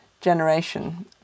generation